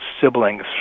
Siblings